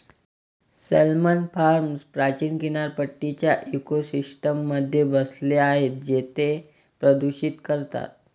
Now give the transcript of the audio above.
salmon farms प्राचीन किनारपट्टीच्या इकोसिस्टममध्ये बसले आहेत जे ते प्रदूषित करतात